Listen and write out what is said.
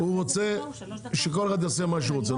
שהאוצר רוצה שכל אחד יעשה מה שהוא רוצה,